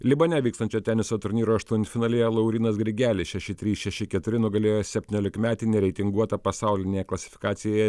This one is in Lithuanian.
libane vykstančio teniso turnyro aštuntfinalyje laurynas grigelis šeši trys šeši keturi nugalėjo septyniolikmetį nereitinguotą pasaulinėje klasifikacijoje